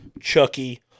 Chucky